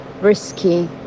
risky